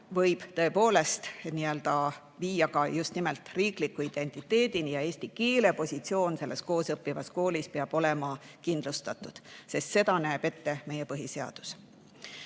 võib tõepoolest viia just nimelt riigiidentiteedini ja eesti keele positsioon selles koosõppivas koolis peab olema kindlustatud, sest seda näeb ette meie põhiseadus. Mulle